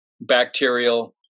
bacterial